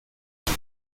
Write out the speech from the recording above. eta